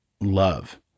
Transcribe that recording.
love